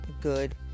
good